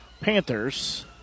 Panthers